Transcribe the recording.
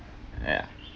ya